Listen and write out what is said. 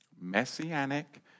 Messianic